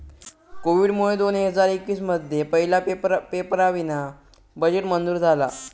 कोविडमुळे दोन हजार एकवीस मध्ये पहिला पेपरावीना बजेट मंजूर झाला